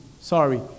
Sorry